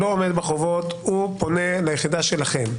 לא עומד בחובות פונה ליחידה שלכם.